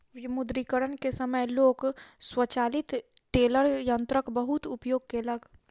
विमुद्रीकरण के समय लोक स्वचालित टेलर यंत्रक बहुत उपयोग केलक